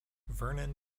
vernon